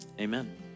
Amen